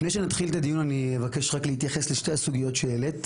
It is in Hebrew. לפני שנתחיל את הדיון אני אבקש רק להתייחס לשתי הסוגיות שהעלית,